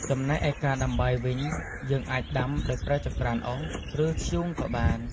ចំណែកឯការដាំបាយវិញ យើងអាចដាំដោយប្រើចង្ក្រានអុស ឬ ធ្យូងក៏បាន។